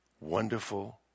wonderful